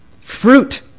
Fruit